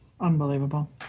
unbelievable